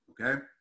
okay